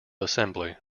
assembly